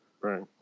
right